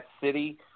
city